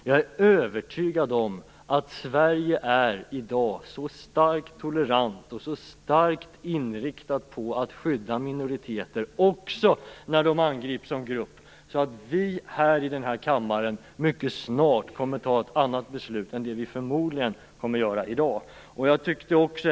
Jag är övertygad om att Sverige i dag är så starkt tolerant och så starkt inriktat på att skydda minoriteter också när de angrips som grupp att vi här i kammaren mycket snart kommer att fatta ett annat beslut än det vi förmodligen kommer att fatta i dag.